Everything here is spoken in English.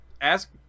ask